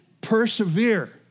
persevere